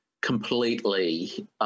completely